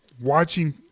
watching